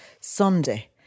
Sunday